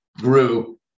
grew